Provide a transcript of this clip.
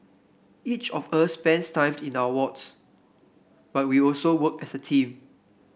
each of us spends time in our wards but we also work as a team